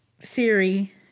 theory